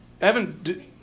Evan